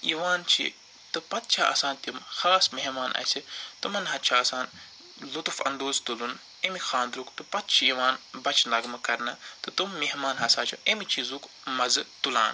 یِوان چھِ تہٕ پتہٕ چھِ آسان تِم خاص مہمان اسہِ تِمن حظ چھُ آسان لطف انٛدوز تلن اَمہِ خانٛدرُک تہٕ پتہٕ چھِ یِوان بچہٕ نغمہٕ کرنہٕ تہٕ تِم مہمان ہَسا چھِ اَمہِ چیٖزُک مزٕ تُلان